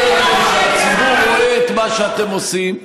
שהציבור רואה את מה שאתם עושים,